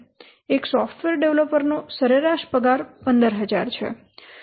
એક સોફ્ટવેર ડેવલપરનો સરેરાશ પગાર 15000 છે